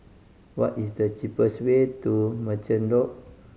what is the cheapest way to Merchant Loop